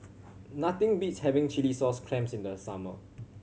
nothing beats having chilli sauce clams in the summer